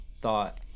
thought –